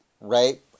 right